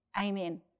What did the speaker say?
Amen